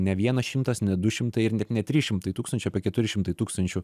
ne vienas šimtas ne du šimtai ir net trys šimtai tūkstančių apie keturi šimtai tūkstančių